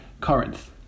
Corinth